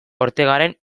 ortegaren